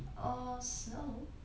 err 十二楼